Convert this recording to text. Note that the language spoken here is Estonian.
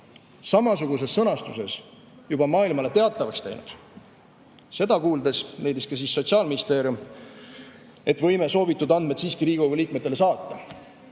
samasuguses sõnastuses juba maailmale teatavaks teinud. Seda kuuldes leidis ka Sotsiaalministeerium, et võime soovitud andmed siiski Riigikogu liikmetele saata.